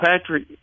Patrick